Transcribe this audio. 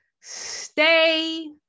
stay